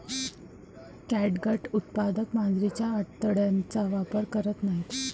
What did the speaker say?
catgut उत्पादक मांजरीच्या आतड्यांचा वापर करत नाहीत